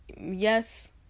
yes